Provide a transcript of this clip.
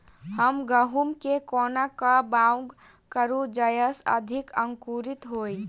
हम गहूम केँ कोना कऽ बाउग करू जयस अधिक अंकुरित होइ?